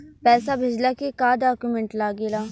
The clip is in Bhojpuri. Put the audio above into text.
पैसा भेजला के का डॉक्यूमेंट लागेला?